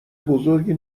بزرگی